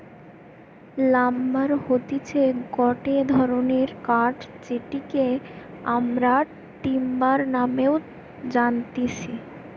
lumber হতিছে গটে ধরণের কাঠ যেটিকে আমরা টিম্বার নামেও জানতেছি